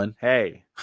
Hey